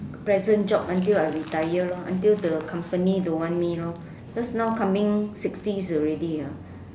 present job until I retire lor until the company don't want me lor because now coming sixty already ya